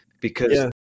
because-